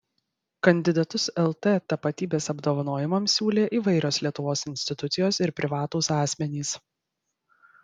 kandidatus lt tapatybės apdovanojimams siūlė įvairios lietuvos institucijos ir privatūs asmenys